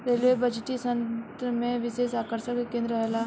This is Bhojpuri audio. रेलवे बजटीय सत्र में विशेष आकर्षण के केंद्र रहेला